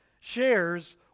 shares